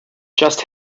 just